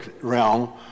realm